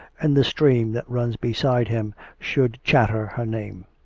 and the stream that runs beside him should chatter her name.